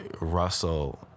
russell